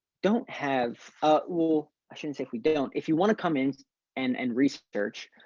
don't have well i shouldn't say if we don't, if you want to come in and and research,